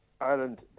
Ireland